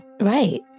right